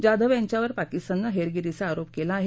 जाधव यांच्यावर पाकिस्ताननं हेरगिरीचा आरोप केला आहे